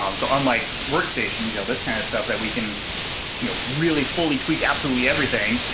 um so unlike workstations, all this kind of stuff that we can yeah really fully tweak absolutely everything,